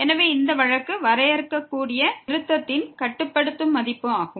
எனவே இந்த வழக்கு வரையறுக்கக்கூடிய நிறுத்தத்தின் கட்டுப்படுத்தும் மதிப்பு ஆகும்